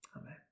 Amen